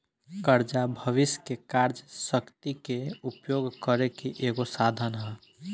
कर्जा भविष्य के कार्य शक्ति के उपयोग करे के एगो साधन ह